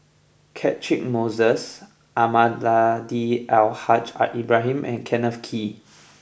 Catchick Moses Almahdi Al Haj Ibrahim and Kenneth Kee